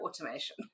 automation